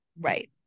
right